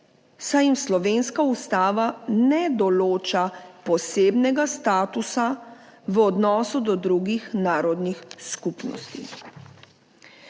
saj jim slovenska ustava ne določa posebnega statusa v odnosu do drugih narodnih skupnosti.